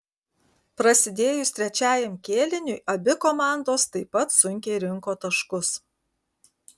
prasidėjus trečiajam kėliniui abi komandos taip pat sunkiai rinko taškus